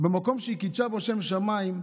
במקום שהיא קידשה בו שם שמיים,